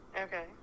Okay